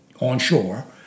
onshore